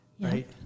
right